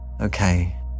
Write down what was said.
Okay